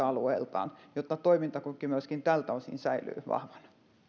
alueeltaan jotta toimintakyky myöskin tältä osin säilyy vahvana